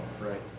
Right